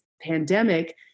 pandemic